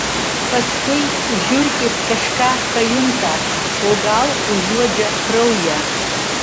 paskui žiurkės kažką pajunta o gal užuodžia kraują